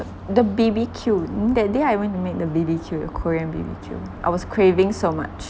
the B_B_Q you know that day I went to make the B_B_Q the korean B_B_Q I was craving so much